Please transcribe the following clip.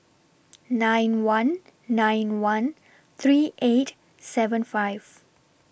nine one nine one three eight seven five